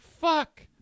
fuck